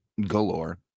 galore